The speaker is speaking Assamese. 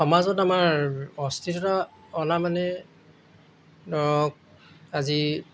সমাজত আমাৰ অস্তিত্বতা অনা মানে ধৰক আজি